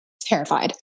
terrified